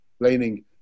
explaining